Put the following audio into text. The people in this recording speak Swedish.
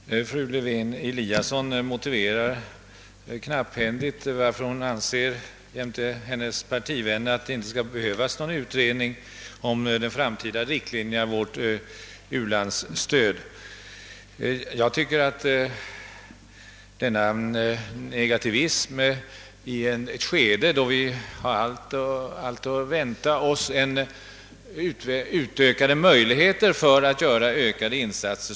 Herr talman! Fru Lewén-Eliasson motiverar knapphändigt varför hon och hennes partivänner anser att det inte behövs någon utredning om de framtida riktlinjerna för vårt u-landsstöd. Jag tycker det är att visa negativism i ett skede, då vi har all anledning att se fram mot ökade möjligheter att göra större insatser.